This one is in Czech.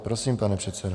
Prosím, pane předsedo.